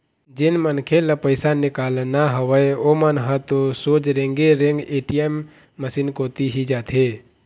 जेन मनखे ल पइसा निकालना हवय ओमन ह तो सोझ रेंगे रेंग ए.टी.एम मसीन कोती ही जाथे